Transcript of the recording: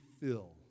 fill